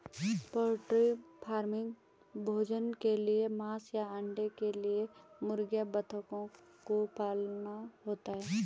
poultry farming भोजन के लिए मांस या अंडे के लिए मुर्गियों बतखों को पालना होता है